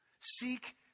Seek